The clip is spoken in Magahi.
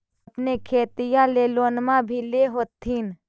अपने खेतिया ले लोनमा भी ले होत्थिन?